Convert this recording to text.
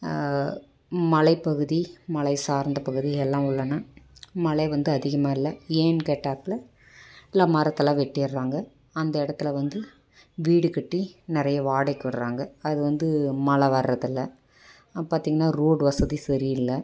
மலைப்பகுதி மலை சார்ந்த பகுதி எல்லாம் உள்ளன மழை வந்து அதிகமாக இல்லை ஏன்னு கேட்டாப்புல மரத்தலாம் வெட்டிறாங்க அந்த இடத்துல வந்து வீடு கட்டி நிறைய வாடகைக்கு விடுறாங்க அது வந்து மழை வர்றது இல்லை பார்த்தீங்ன்னா ரோடு வசதி சரியில்லை